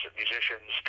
musicians